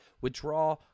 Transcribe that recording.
withdraw